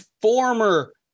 former